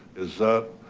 is that,